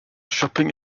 shopping